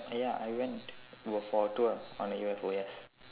ya I went f~ for a tour on a U_F_O yes